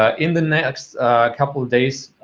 ah in the next couple of days